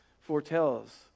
foretells